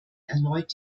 erneut